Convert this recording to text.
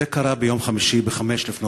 זה קרה ביום חמישי ב-05:00,